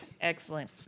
Excellent